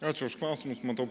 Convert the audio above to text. ačiū už klausimus matau